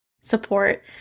support